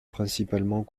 principalement